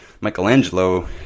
Michelangelo